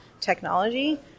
technology